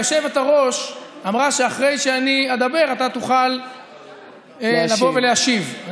היושבת-ראש אמרה שאחרי שאני אדבר איתה תוכל לבוא ולהשיב.